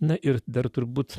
na ir dar turbūt